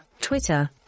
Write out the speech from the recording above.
twitter